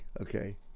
okay